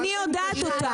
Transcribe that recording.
אני יודעת אותה,